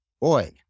boy